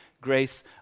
grace